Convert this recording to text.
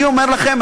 אני אומר לכם,